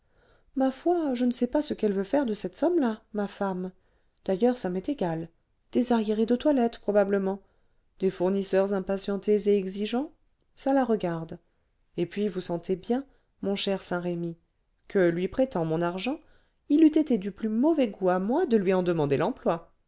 ma foi je ne sais pas ce qu'elle veut faire de cette somme là ma femme d'ailleurs ça m'est égal des arriérés de toilette probablement des fournisseurs impatientés et exigeants ça la regarde et puis vous sentez bien mon cher saint-remy que lui prêtant mon argent il eût été du plus mauvais goût à moi de lui en demander l'emploi